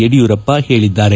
ಯಡಿಯೂರಪ್ಪ ಹೇಳಿದ್ದಾರೆ